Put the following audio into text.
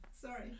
Sorry